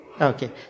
Okay